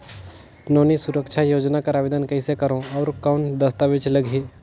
नोनी सुरक्षा योजना कर आवेदन कइसे करो? और कौन दस्तावेज लगही?